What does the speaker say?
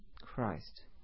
Christ